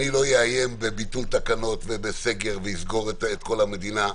אני לא אאיים בביטול תקנות ובסגר ואסגור את כל המדינה.